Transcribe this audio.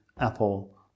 Apple